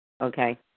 Okay